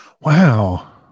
Wow